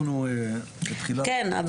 כן,